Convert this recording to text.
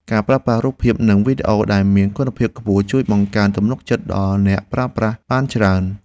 ការប្រើប្រាស់រូបភាពនិងវីដេអូដែលមានគុណភាពខ្ពស់ ជួយបង្កើនទំនុកចិត្តដល់អ្នកប្រើប្រាស់បានច្រើន។